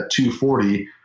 240